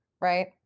Right